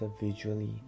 individually